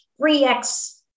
3X